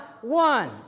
one